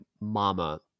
Mama